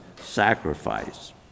sacrifice